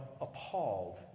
appalled